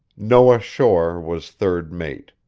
noah shore was third mate.